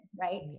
right